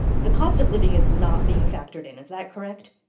the cost of living is not being factored in. is that correct?